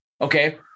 Okay